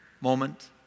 moment